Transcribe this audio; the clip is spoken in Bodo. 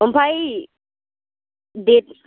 ओमफ्राय देट